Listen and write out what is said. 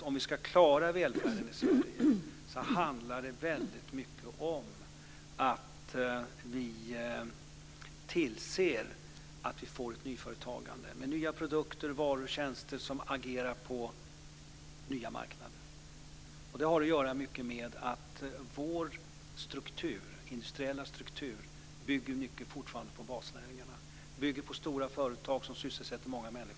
Om vi ska klara välfärden handlar det mycket om att se till att vi får ett nyföretagande som agerar på nya marknader med nya produkter, varor och tjänster. Vår industriella struktur bygger fortfarande mycket på basnäringarna, på stora företag som sysselsätter många människor.